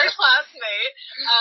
classmate